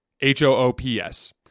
H-O-O-P-S